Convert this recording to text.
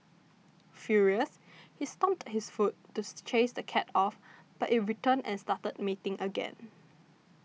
furious he stomped his foot to chase the cat off but it returned and started mating again